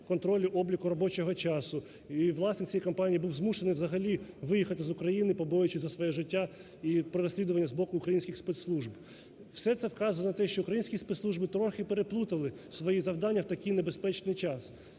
контролю обліку робочого часу, і власник цієї компанії був змушений, взагалі, виїхати з України, побоюючись за своє життя, і при розслідуванні збоку українських спецслужб. Все це вказує на те, що українські спецслужби трохи переплутали свої завдання в такий небезпечний час.